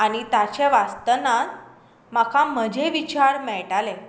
आनी ताचे वाचतनाच म्हाका म्हजे विचार मेळटाले